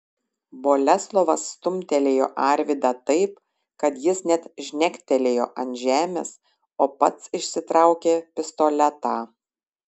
boleslovas stumtelėjo arvydą taip kad jis net žnektelėjo ant žemės o pats išsitraukė pistoletą